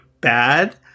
bad